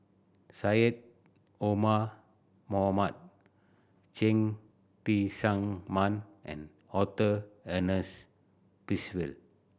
Syed Omar Mohamed Cheng Tsang Man and Arthur Ernest Percival